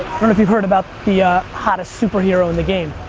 if you've heard about the ah hottest super hero in the game.